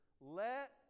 Let